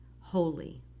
Holy